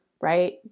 right